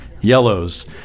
yellows